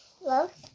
love